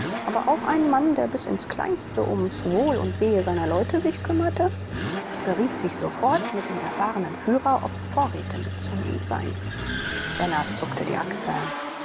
aber auch ein mann der bis ins kleinste ums wohl und wehe seiner leute sich kümmerte beriet sich sofort mit dem erfahrenen führer ob vorräte mitzunehmen seien renner zuckte die achseln